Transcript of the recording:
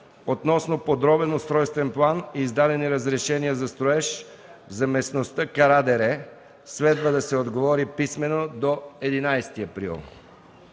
относно подробен устройствен план и издадени разрешения за строеж за местността „Кара дере”. Следва да се отговори писмено до 11 април